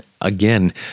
Again